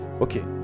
Okay